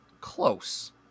close